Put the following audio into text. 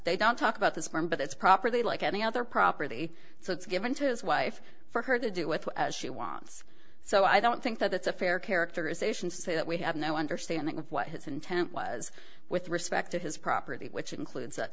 they don't talk about the sperm but it's properly like any other property so it's given to his wife for her to do with what she wants so i don't think that's a fair characterization to say that we have no understanding of what his intent was with respect to his property which includes that